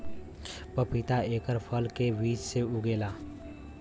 पपीता एकर फल के बीज से उगेला